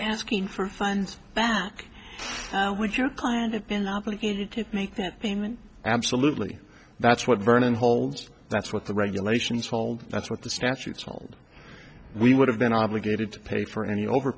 asking for funds which are kind of been obligated to make that payment absolutely that's what vernon holds that's what the regulations told that's what the statute told we would have been obligated to pay for any over